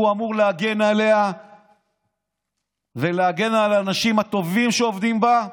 הוא אמור להגן עליה ולהגן על האנשים הטובים שעובדים בה,